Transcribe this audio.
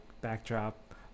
backdrop